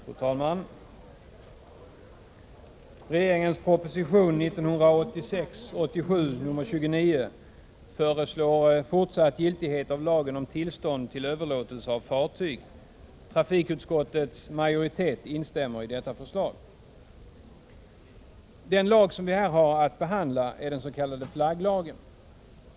Fru talman! I regeringens proposition 1986/87:29 föreslås fortsatt giltighet av lagen om tillstånd till överlåtelse av fartyg. Trafikutskottets majoritet instämmer i detta förslag. Den lag som vi här har att behandla är den s.k. flagglagen.